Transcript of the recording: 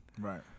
Right